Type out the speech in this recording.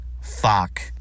Fuck